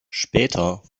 später